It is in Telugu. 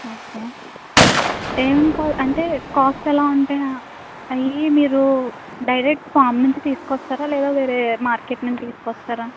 ఓకే ఏమేం కా అంటే కాస్ట్ ఎలా ఉంటాయి అయి మీరు డైరెక్ట్ ఫార్మ్ నుంచి తీసుకొస్తారా లేదా వేరే మార్కెట్ నుండి తీసుకొస్తారా